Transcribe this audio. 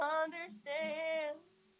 understands